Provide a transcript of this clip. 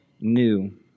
new